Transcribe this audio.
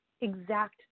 exact